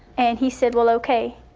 and he said, well, ok.